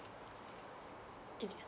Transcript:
ya